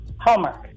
hallmark